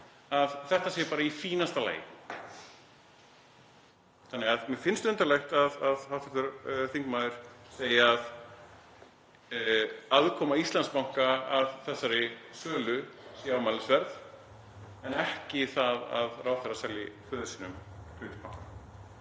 að þetta sé bara í fínasta lagi. Mér finnst undarlegt að hv. þingmaður segi að aðkoma Íslandsbanka að þessari sölu sé ámælisverð en ekki það að ráðherra selji föður sínum hlut í banka.